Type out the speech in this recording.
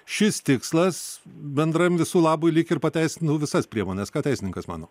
šis tikslas bendram visų labui lyg ir pateisina visas priemones ką teisininkas mano